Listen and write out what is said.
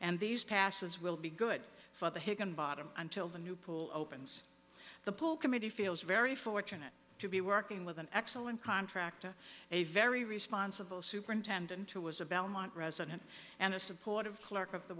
and these passes will be good for the higginbottom until the new pool opens the pool committee feels very fortunate to be working with an excellent contractor a very sponsible superintendent to isabel mont resident and a supportive clerk of the